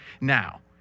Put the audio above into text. now